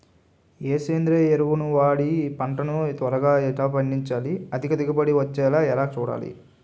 ఏ సేంద్రీయ ఎరువు వాడి పంట ని త్వరగా ఎలా పండించాలి? అధిక దిగుబడి వచ్చేలా ఎలా చూడాలి?